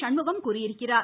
சண்முகம் கூறியிருக்கிறார்